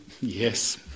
Yes